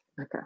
Okay